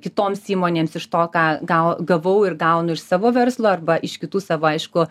kitoms įmonėms iš to ką gau gavau ir gaunu iš savo verslo arba iš kitų savo aišku